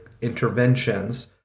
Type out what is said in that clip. interventions